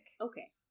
Okay